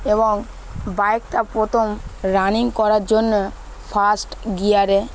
এবং বাইকটা প্রথম রানিং করার জন্যে ফার্স্ট গিয়ারে